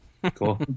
cool